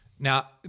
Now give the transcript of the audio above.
Now